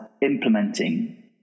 implementing